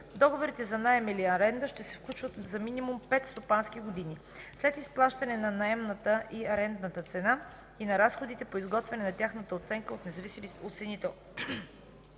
Договорите за наем или аренда ще се сключват минимум за 5 стопански години, след заплащане на наемната или арендната цена и на разходите по изготвяне на тяхната оценка от независим оценител.